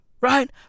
right